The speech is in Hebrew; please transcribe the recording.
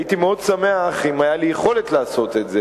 הייתי מאוד שמח אם היתה לי יכולת לעשות את זה,